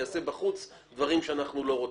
יעשה בחוץ דברים שאנחנו לא רוצים.